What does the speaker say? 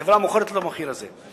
החברה מוכרת במחיר הזה,